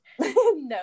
No